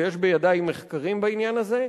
ויש בידי מחקרים בעניין הזה,